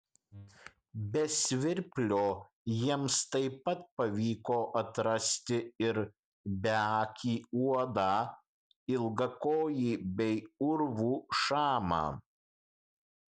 be svirplio jiems taip pat pavyko atrasti ir beakį uodą ilgakojį bei urvų šamą